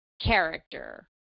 character